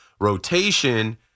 rotation